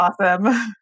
awesome